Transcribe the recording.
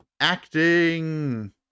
Acting